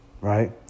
Right